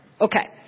Okay